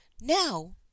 Now